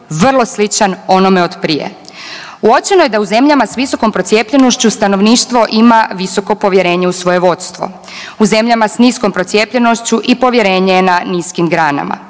vrlo sličan onome otprije. Uočeno je da u zemljama s visokom procijepljenošću stanovništvo ima visoko povjerenje u svoje vodstvo. U zemljama s niskom procijepljenošću i povjerenje je na niskim granama,